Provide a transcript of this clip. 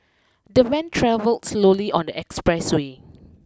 the van travelled slowly on the expressway